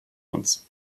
uns